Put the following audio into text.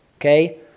Okay